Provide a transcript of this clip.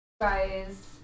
Guys